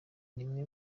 nimwe